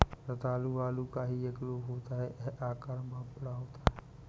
रतालू आलू का ही एक रूप होता है यह आकार में बहुत बड़ा होता है